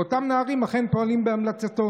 ואותם נערים אכן פועלים בהמלצתו.